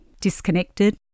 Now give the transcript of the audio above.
disconnected